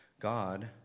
God